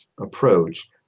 approach